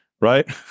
right